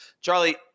Charlie